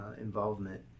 involvement